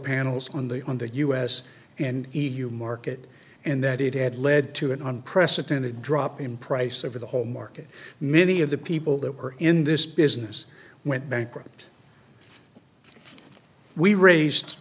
panels on the on the us and e u market and that it had led to an unprecedented drop in price over the whole market many of the people that were in this business went bankrupt we raised